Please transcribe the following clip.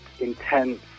intense